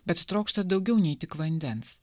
bet trokšta daugiau nei tik vandens